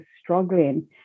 struggling